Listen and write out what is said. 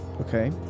Okay